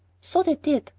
so they did.